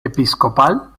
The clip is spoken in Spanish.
episcopal